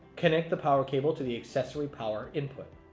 connect the power cable to the accessory power input.